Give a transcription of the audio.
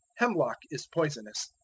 hemlock is poisonous,